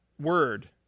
word